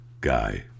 guy